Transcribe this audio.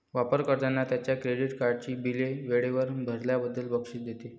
वापर कर्त्यांना त्यांच्या क्रेडिट कार्डची बिले वेळेवर भरल्याबद्दल बक्षीस देते